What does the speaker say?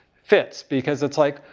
fits. because, it's, like,